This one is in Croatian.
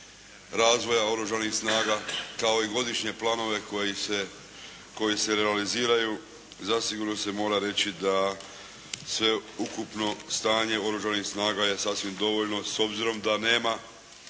razvoja Oružanih snaga, kao i godišnje planove koji se realiziraju. Zasigurno se mora reći da se ukupno stanje Oružanih snaga je sasvim dovoljno, s obzirom da nema